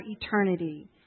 eternity